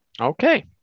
Okay